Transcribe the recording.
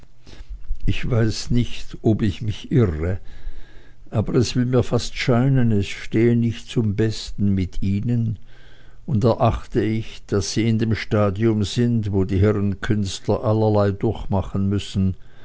ich weiß nicht ob ich mich irre aber es will mir fast scheinen es stehe nicht zum besten mit ihnen und erachte ich daß sie in dem stadium sind wo die herren künstler allerlei durchmachen müssen